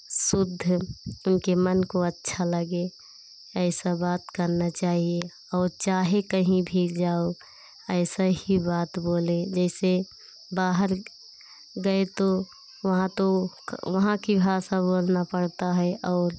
शुद्ध उनके मन को अच्छा लगे ऐसा बात करना चाहिए और चाहे कहीं भी जाओ ऐसा ही बात बोलें जैसे बाहर गए तो वहाँ तो क वहाँ की भाषा बोलना पड़ता है और